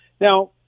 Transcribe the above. now